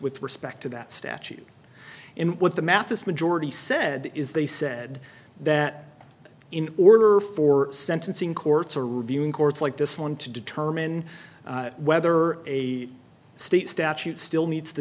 with respect to that statute and what the mathis majority said is they said that in order for sentencing courts are reviewing courts like this one to determine whether a state statute still meets t